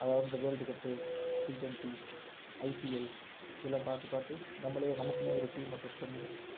அதாவது இந்த world cup T twenty IPL இதெல்லாம் பார்த்து பார்த்து நம்மளே நமக்குன்னே ஒரு டீம்ம செட் பண்ணி